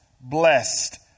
blessed